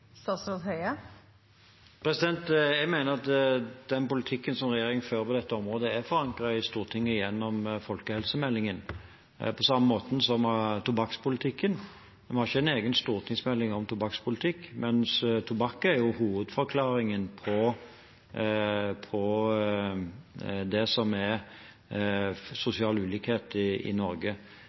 Jeg mener at den politikken som regjeringen fører på dette området, er forankret i Stortinget gjennom folkehelsemeldingen på samme måte som tobakkspolitikken. En har ikke en egen stortingsmelding om tobakkspolitikk, men tobakk er hovedforklaringen på sosial ulikhet i Norge. Folkehelsemeldingen legger føringer både for alkoholpolitikken og for tobakkspolitikken, som vi følger opp. I